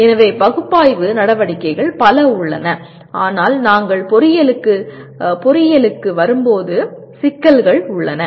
எனவே பகுப்பாய்வு நடவடிக்கைகள் பல உள்ளன ஆனால் நாங்கள் பொறியியலுக்கு வரும்போது சிக்கல்கள் உள்ளன